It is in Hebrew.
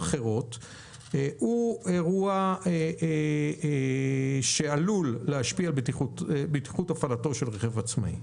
הוא אירוע שעלול להשפיע על בטיחות הפעלתו של רכב עצמאי?